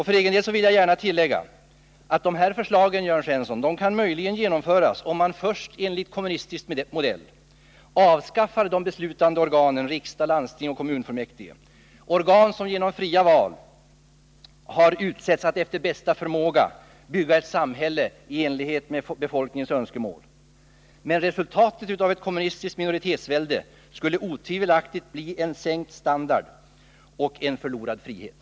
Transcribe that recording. För egen del vill jag gärna säga att de här förslagen, Jörn Svensson, möjligen kan genomföras om man först enligt kommunistisk modell avskaffar de beslutande organen riksdag, landsting och kommunfullmäktige — församlingar som genom fria val har utsetts att efter bästa förmåga bygga ett samhälle i enlighet med befolkningens önskemål. Men resultatet av ett kommunistiskt minoritetsvälde skulle otvivelaktigt bli sänkt standard och förlorad frihet.